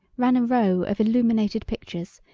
ran a row of illuminated pictures,